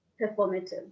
Performative